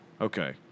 Okay